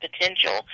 potential